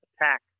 attack